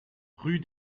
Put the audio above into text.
rue